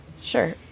Sure